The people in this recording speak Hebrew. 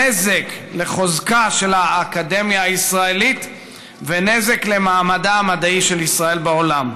נזק לחוזקה של האקדמיה הישראלית ונזק למעמדה המדעי של ישראל בעולם.